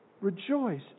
rejoice